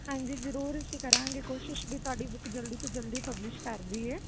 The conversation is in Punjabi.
ਹਾਂਜੀ ਜਰੂਰ ਅਸੀਂ ਕਰਾਂਗੇ ਕੋਸ਼ਿਸ਼ ਵੀ ਤੁਹਾਡੀ ਬੁੱਕ ਜਲਦੀ ਤੋਂ ਜਲਦੀ ਪਬਲਿਸ਼ ਕਰ ਦੀਏ